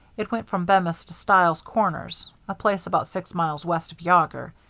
it went from bemis to stiles corners, a place about six miles west of yawger.